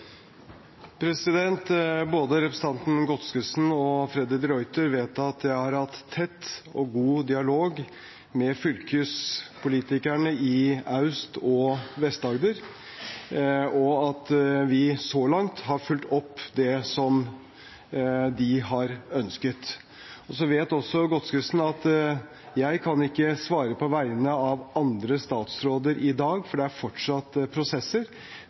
Godskesen og Freddy de Ruiter vet at jeg har hatt tett og god dialog med fylkespolitikerne i Aust- og Vest-Agder, og at vi så langt har fulgt opp det de har ønsket. Og så vet også Godskesen at jeg kan ikke svare på vegne av andre statsråder i dag, for det er fortsatt prosesser